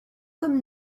comme